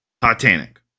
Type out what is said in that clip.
Titanic